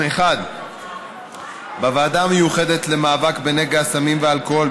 1. בוועדה המיוחדת למאבק בנגע הסמים והאלכוהול,